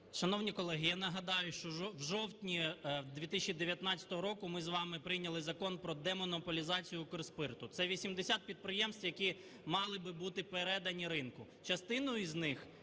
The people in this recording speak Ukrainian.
Шановні колеги, я нагадаю, що в жовтні 2019 року ми з вами прийняли Закон про демонополізацію Укрспирту. Це 80 підприємств, які мали би бути передані ринку. Частину із них...